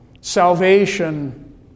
Salvation